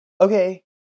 Okay